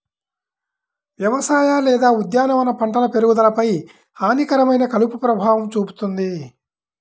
వ్యవసాయ లేదా ఉద్యానవన పంటల పెరుగుదలపై హానికరమైన కలుపు ప్రభావం చూపుతుంది